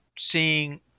seeing